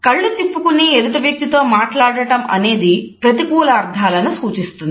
కళ్ళు తిప్పుకుని ఎదుటి వ్యక్తితో మాట్లాడటం అనేది ప్రతికూల అర్థాలను సూచిస్తుంది